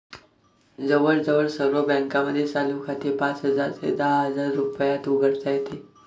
जवळजवळ सर्व बँकांमध्ये चालू खाते पाच हजार ते दहा हजार रुपयात उघडता येते